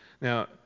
Now